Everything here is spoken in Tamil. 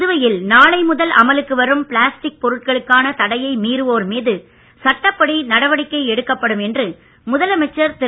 புதுவையில் நாளை முதல் அமலுக்கு வரும் பிளாஸ்டிக் பொருட்களுக்கான தடை மீறுவோர் மீது சட்டப்படி நடவடிக்கை எடுக்கப்படும் என்று முதலமைச்சர் திரு